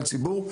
על ציבור,